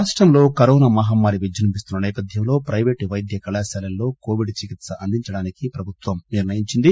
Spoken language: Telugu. రాష్టంలో కరోనా మహమ్మారి విజృంభిస్తున్న నేపథ్యంలో ప్రైవేట్ పైద్య కళాశాలల్లో కొవిడ్ చికిత్స అందించడానికి ప్రభుత్వం నిర్ణయించింది